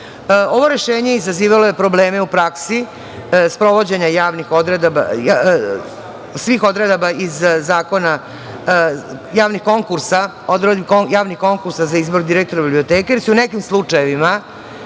Ovo rešenje izazivalo je probleme u praksi sprovođenja svih odredaba iz zakona, javnih konkursa za izbor direktora biblioteke, jer su u nekim slučajevima